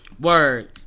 Word